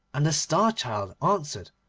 and the star-child answered,